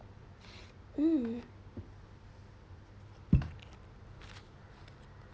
mm